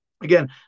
Again